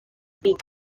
peak